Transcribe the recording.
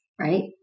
right